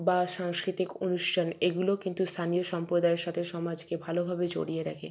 বা সাংস্কৃতিক অনুষ্ঠান এগুলোও কিন্তু স্থানীয় সম্প্রদায়ের সাথে সমাজকে ভালোভাবে জড়িয়ে রাখে